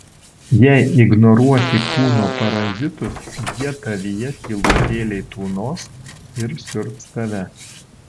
jei ignoruosi kūno parazitus jie tavyje tylutėliai tūnos ir siurbs tave